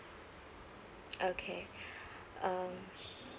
okay um